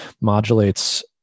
modulates